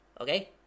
Okay